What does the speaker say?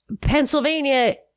Pennsylvania